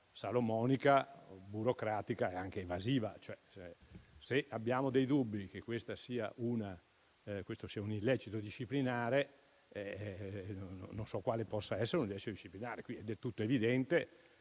salomonica, burocratica e anche evasiva. Se abbiamo dei dubbi che questo sia un illecito disciplinare, allora non so quale possa essere un illecito disciplinare. È del tutto evidente